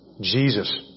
Jesus